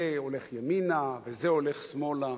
זה הולך ימינה וזה הולך שמאלה,